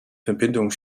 verbindung